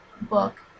book